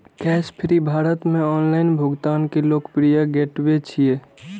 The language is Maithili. कैशफ्री भारत मे ऑनलाइन भुगतान के लोकप्रिय गेटवे छियै